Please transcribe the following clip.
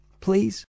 please